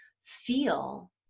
feel